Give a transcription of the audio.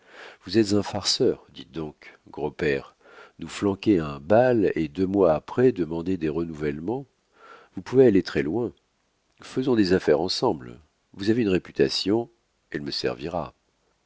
vous êtes un farceur dites donc gros père nous flanquer un bal et deux mois après demander des renouvellements vous pouvez aller très-loin faisons des affaires ensemble vous avez une réputation elle me servira